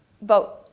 Vote